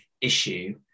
issue